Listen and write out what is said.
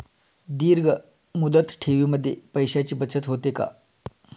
दीर्घ मुदत ठेवीमध्ये पैशांची बचत होते का?